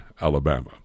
Alabama